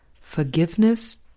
forgiveness